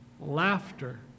laughter